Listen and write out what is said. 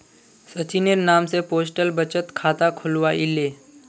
सचिनेर नाम स पोस्टल बचत खाता खुलवइ ले